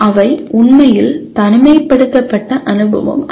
அவை உண்மையில் தனிமைப்படுத்தப்பட்ட அனுபவம் அல்ல